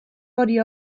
body